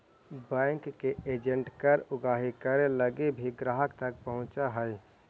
bank के agent कर उगाही करे लगी भी ग्राहक तक पहुंचऽ हइ